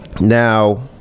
Now